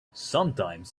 sometimes